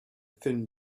thin